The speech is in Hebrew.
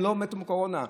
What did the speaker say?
הם לא מתו מקורונה,